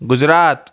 Gujarat